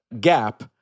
gap